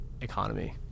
economy